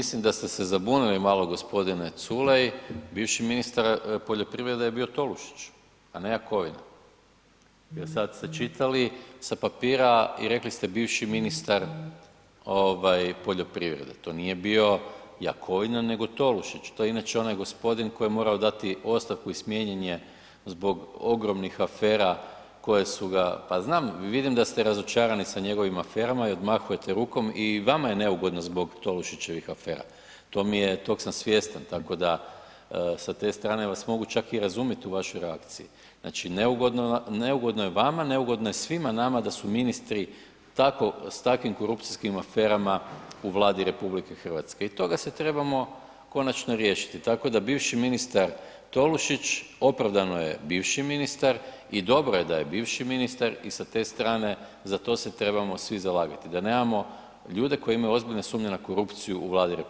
Mislim da ste se zabunili malo g. Culej, bivši ministar poljoprivrede je bio Tolušić a ne Jakovina jer sad ste čitali sa papira i rekli ste „bivši ministar poljoprivrede“, to nije bio Jakovina nego Tolušić, to je inače onaj gospodin koji je morao dati ostavku i smijenjen je zbog ogromnih afera koje su ga, pa znam, vidim da ste razočarani sa njegovim aferama i odmahujete rukom i vama je neugodno zbog Tolušićevih afera, tog sam svjestan tako da sa te strane vas mogu čak i razumjet u vašoj reakciji, znači neugodno je vama, neugodno je svima nama da su ministri s takvim korupcijskim aferama u Vladi RH i toga se trebamo konačno riješiti tako da bivši ministar Tolušić opravdano je bivši ministar i dobro je da je bivši ministar i sa te strane za to se trebamo svi zalagati, da nemamo ljude koji imaju ozbiljne sumnje na korupciju u Vladi RH.